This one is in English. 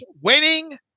winning